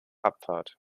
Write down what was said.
abfahrt